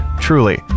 Truly